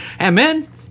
Amen